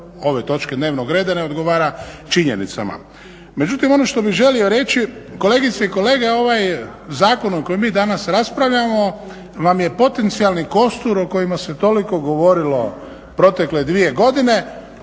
ove točke dnevnog reda ne odgovara činjenicama.